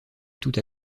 toute